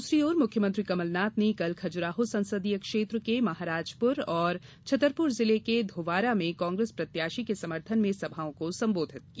दूसरी ओर मुख्यमंत्री कमलनाथ ने कल खजुराहो संसदीय क्षेत्र के महाराजपुर और छतरपुर जिले के धवारा में कांग्रेस प्रत्याशी के समर्थन में सभाओं को संबोधित किया